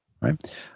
Right